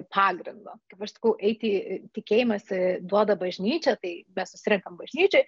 pagrindo kaip aš sakau eiti į tikėjimas i duoda bažnyčią tai mes susirenkam bažnyčioj